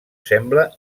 sembla